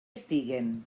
estiguen